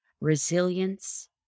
resilience